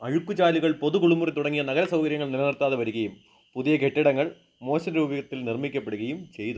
അഴുക്കുചാലുകൾ പൊതു കുളിമുറി തുടങ്ങിയ നഗരസൗകര്യങ്ങൾ നിലനിർത്താതെ വരികയും പുതിയ കെട്ടിടങ്ങൾ മോശം രൂപത്തിൽ നിർമ്മിക്കപ്പെടുകയും ചെയ്തു